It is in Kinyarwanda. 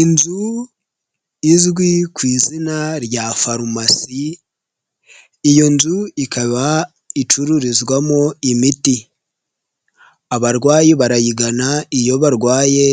Inzu izwi ku izina rya farumasi, iyo nzu ikaba icururizwamo imiti, abarwayi barayigana iyo barwaye